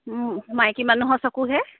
মাইকী মানুহৰ চকুহে